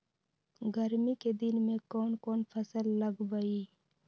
गर्मी के दिन में कौन कौन फसल लगबई?